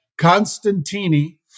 Constantini